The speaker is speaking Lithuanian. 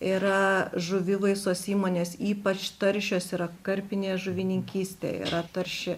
yra žuvivaisos įmonės ypač taršios yra karpinė žuvininkystė yra tarši